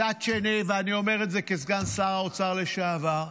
מצד שני, ואני אומר את זה כסגן שר האוצר לשעבר,